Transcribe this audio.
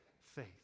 faith